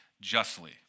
justly